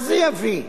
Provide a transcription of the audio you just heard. מה זה יביא?